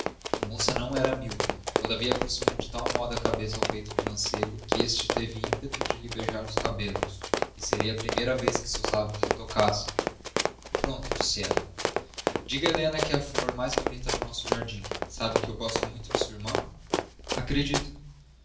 a moça não era míope todavia aproximou de tal modo a cabeça ao peito do mancebo que este teve ímpetos de lhe beijar os cabelos e seria a primeira vez que seus lábios lhe tocassem pronto disse ela diga a helena que é a flor mais bonita do nosso jardim sabe que eu gosto muito de sua irmã acredito